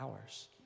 hours